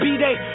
B-Day